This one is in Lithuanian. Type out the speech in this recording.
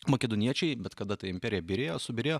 makedoniečiai bet kada ta imperija byrėjo subyrėjo